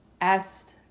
asked